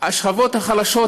השכבות החלשות,